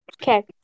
okay